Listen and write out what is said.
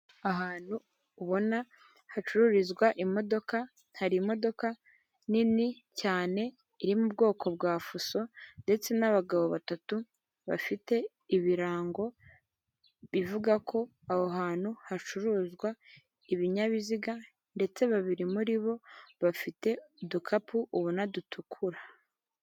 Ahantu ubona hacururizwa imodoka, hari imodoka nini cyane iri mu bwoko bwa fuso, ndetse n'abagabo batatu bafite ibirango bivuga ko aho hantu hacuruzwa, ibinyabiziga ndetse babiri muri bo bafite udukapu ubona dutukura.